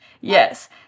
yes